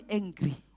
angry